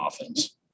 offense